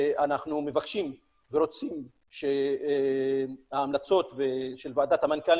ואנחנו מבקשים ורוצים שההמלצות של ועדת המנכ"לים